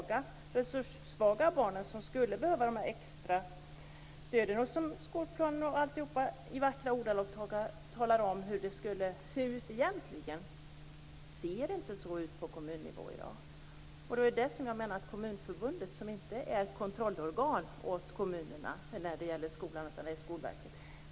De resurssvaga barnen skulle behöva de här extra stöden, och skolplanen talar i vackra ordalag om hur det egentligen borde se ut. Men det ser inte ut så på kommunal nivå i dag. Kommunförbundet är inte kontrollorgan åt kommunerna när det gäller skolorna. Det är det Skolverket som är.